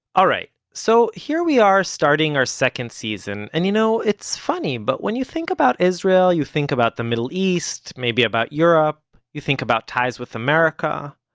alright, so here we are starting our second season, and you know, it's funny, but when you think about israel you think about the middle east, maybe about europe. you think about ties with america.